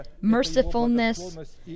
mercifulness